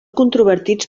controvertits